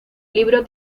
libro